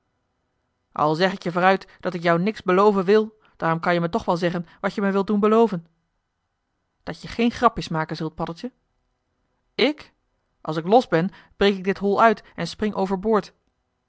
al zeg ik je vooruit dat ik jou niks beloven wil daarom kan-je me toch wel zeggen wat je me wilt doen beloven dat je geen grapjes maken zult paddeltje joh h been paddeltje de scheepsjongen van michiel de ruijter ik als ik los ben breek ik dit hol uit en spring